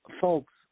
Folks